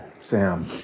Sam